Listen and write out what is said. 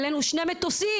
העלנו שני מטוסים,